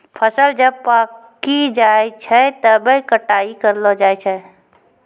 फसल जब पाक्की जाय छै तबै कटाई करलो जाय छै